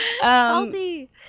Salty